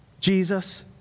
Jesus